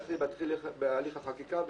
מתחילים בהליכים החקיקה,